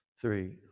three